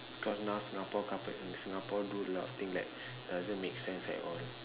cause now Singapore in Singapore do a lot of thing that doesn't make sense at all